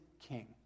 king